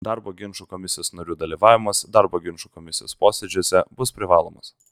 darbo ginčų komisijos narių dalyvavimas darbo ginčų komisijos posėdžiuose bus privalomas